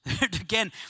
Again